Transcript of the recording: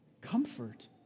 Comfort